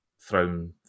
thrown